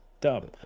dumb